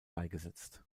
beigesetzt